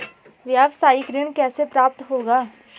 व्यावसायिक ऋण कैसे प्राप्त होगा?